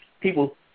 People